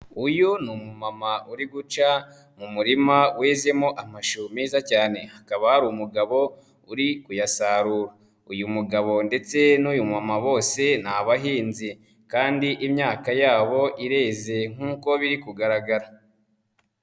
Uyu ni umumama uri guca mu murima wezemo amashu meza cyane hakaba hari umugabo uri kuyasarura, uyu mugabo ndetse n'uyu mumama bose ni abahinzi kandi imyaka yabo ireze nkuko biri kugaragara.